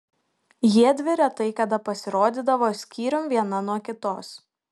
jiedvi retai kada pasirodydavo skyrium viena nuo kitos